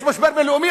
יש משבר בין-לאומי,